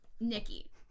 Nikki